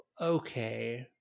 okay